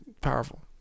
powerful